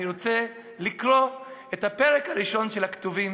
אני רוצה לקרוא את הפרק הראשון של הכתובים